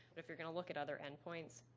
but if you're going to look at other endpoints,